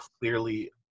clearly